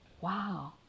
wow